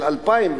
של 2,000,